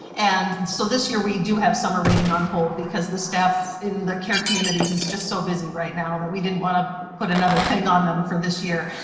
and and so this year we do have summer reading on hold because the staff in the care communities is just so busy right now that we didn't wanna put another thing on them for this year.